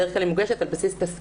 בדרך כלל היא מוגשת על בסיס תסקיר.